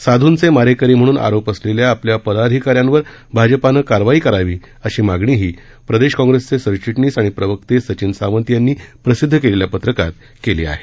साधूंचे मारेकरी म्हणून आरोप असलेल्या आपल्या पदाधिकाऱ्यांवर भाजपानं कारवाई करावी अशी मागणीही प्रदेश काँग्रेसचे सरचिटणीस आणि प्रवक्ते सचिन सावंत यांनी प्रसिद्ध केलेल्या पत्रकात केली आहे